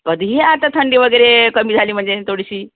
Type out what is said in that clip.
कधीही आता थंडी वगैरे कमी झाली म्हणजे थोडीशी